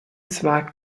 zwar